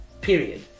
Period